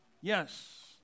Yes